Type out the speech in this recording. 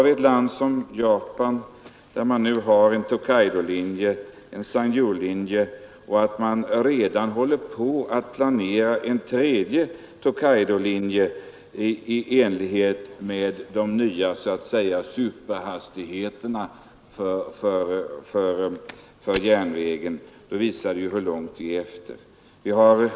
I ett land som Japan har man nu den nya Tokaidolinjen och San Yo-linjen och man håller redan på att planera en tredje Tokaidolinje för de nya ”superhastigheterna”. Det visar hur långt vi är efter.